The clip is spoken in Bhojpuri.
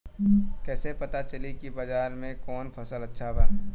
कैसे पता चली की बाजार में कवन फसल अच्छा बा?